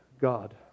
God